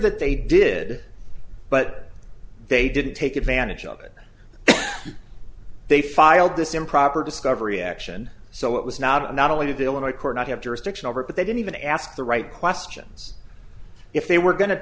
that they did but they didn't take advantage of it they filed this improper discovery action so it was not not only to the illinois court not have jurisdiction over it but they didn't even ask the right questions if they were go